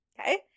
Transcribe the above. Okay